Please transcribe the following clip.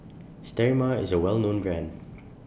Sterimar IS A Well known Brand